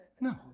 No